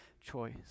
choice